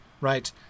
right—